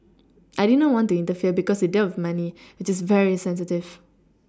I did not want to interfere because it dealt with money which is very sensitive